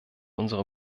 unsere